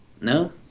No